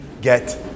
get